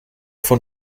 von